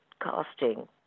casting